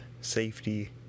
safety